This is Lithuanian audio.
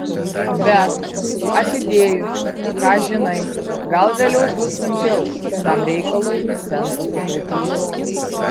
bet atidėjus ką žinai gal vėliau bus sunkiau tam reikalui centą sutaupyti